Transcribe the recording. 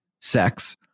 sex